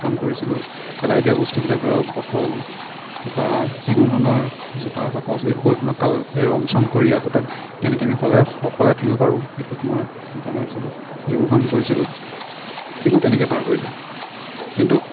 কাম কৰিছিলোঁ পেলাই দিয়া বস্তুবিলাক ধৰক বটল কিবা যিকোনো ধৰণৰ জোতাৰ বাকচ এই সকলো ধৰণৰ ৰং চং কৰি আকৌ তাক কেনেকৈ আমি সজাই তুলিব পাৰোঁ সেইটোত মই মাথা মাৰিছিলোঁ সেইবোৰ কাম কৰিছিলোঁ ঠিক মই তেনেকৈয়ে পাৰ কৰিলোঁ কিন্তু